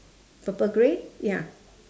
purple grey ya